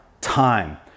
time